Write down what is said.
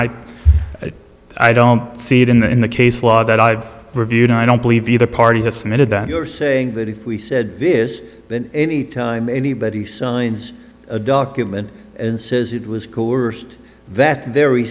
i i don't see it in the in the case law that i've reviewed i don't believe either party has submitted that you're saying that if we said this then any time anybody signs a document and says it was coerced that very